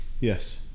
Yes